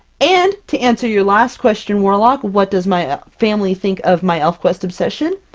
and to answer your last question, warlock, what does my family think of my elfquest obsession?